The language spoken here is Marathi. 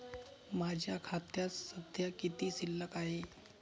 माझ्या खात्यात सध्या किती शिल्लक आहे?